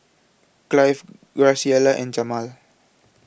Clive Graciela and Jamaal